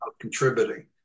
contributing